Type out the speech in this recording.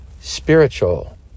spiritual